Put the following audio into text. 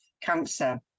cancer